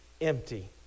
empty